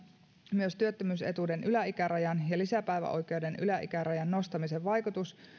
myös työttömyysetuuden yläikärajan ja lisäpäiväoikeuden yläikärajan nostamisen vaikutus